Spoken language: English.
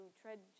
tread